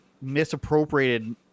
misappropriated